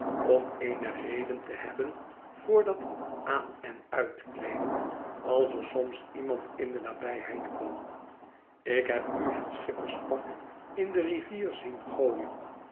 om eene reden te hebben voor dat aan en uitkleeden als er soms iemand in de nabijheid kwam ik heb u het schipperspak in de rivier zien gooien